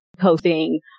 hosting